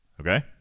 Okay